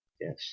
Yes